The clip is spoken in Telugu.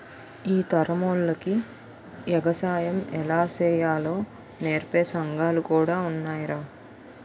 ఈ తరమోల్లకి ఎగసాయం ఎలా సెయ్యాలో నేర్పే సంగాలు కూడా ఉన్నాయ్రా